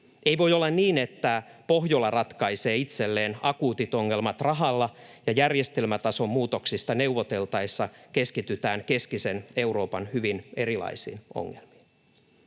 Ei voi olla niin, että Pohjola ratkaisee itselleen akuutit ongelmat rahalla ja järjestelmätason muutoksista neuvoteltaessa keskitytään keskisen Euroopan hyvin erilaisiin ongelmiin.